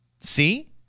See